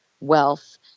wealth